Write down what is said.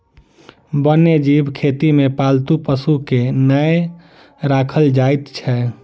वन्य जीव खेती मे पालतू पशु के नै राखल जाइत छै